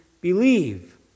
believe